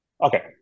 Okay